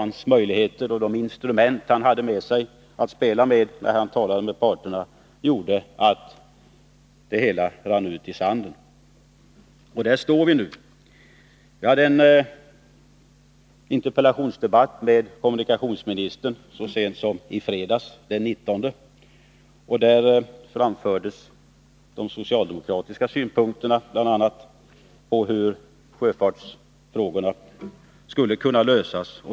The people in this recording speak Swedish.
Hans möjligheter — de instrument han hade att spela med — var av den karaktären att det hela rann ut i sanden. Och där står vi nu. Så sent som i fredags —- den 19 mars — fördes här i kammaren interpellationsdebatt med kommunikationsministern. Då framfördes en del socialdemokratiska synpunkter. Det gällde bl.a. hur sjöfartsfrågorna skulle kunna lösas.